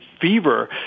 fever